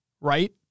right